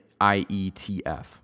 IETF